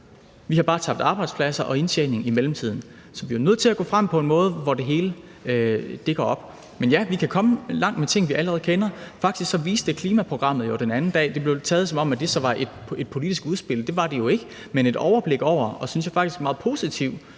Vi har bare tabt arbejdspladser og indtjening i mellemtiden. Så vi er jo nødt til at gå frem på en måde, hvor det hele går op. Men ja, vi kan komme langt med ting, som vi allerede kender. Faktisk viste klimaprogrammet den anden dag – det blev så taget, som om det var et politisk udspil, og det var det jo ikke – et overblik over og en, synes jeg jo, meget positiv